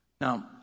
Now